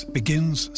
begins